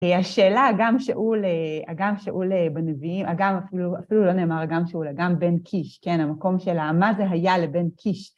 השאלה, אגם שאול בנביאים, אגם אפילו, אפילו לא נאמר אגם שאול, אגם בן קיש, כן, המקום של ה-מה זה היה לבן קיש?